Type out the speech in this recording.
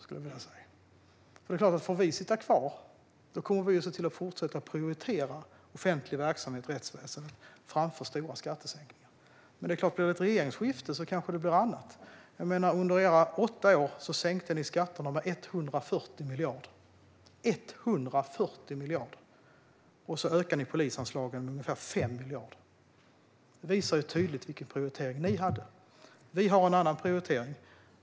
Om vi får sitta kvar kommer vi att fortsätta prioritera offentlig verksamhet, rättsväsendet, framför stora skattesänkningar. Men om det blir ett regeringsskifte kanske det blir annorlunda. Under era åtta år sänkte ni skatterna med 140 miljarder! Och ni ökade polisanslagen med ungefär 5 miljarder. Det visar tydligt vilken prioritering ni gjorde. Vi gör en annan prioritering.